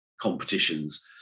competitions